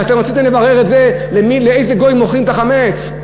ואתם רציתם לברר את זה: לאיזה גוי מוכרים את החמץ.